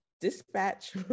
dispatch